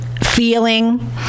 feeling